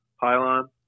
pylon